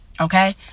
okay